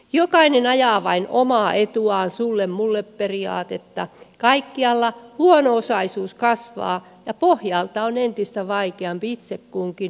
jokainen ajaa vain omaa etuaan sulle mulle periaatetta kaikkialla huono osaisuus kasvaa ja pohjalta on entistä vaikeampi itse kunkin nousta